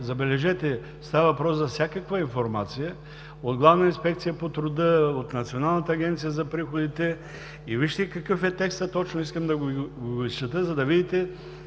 забележете, става въпрос за всякаква информация, от Главна инспекция по труда, от Националната агенция за приходите. Вижте какъв е точно текстът! Искам да го изчета, за да видите